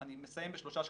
אני מסיים בשלושה שקפים,